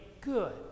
Good